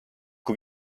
kui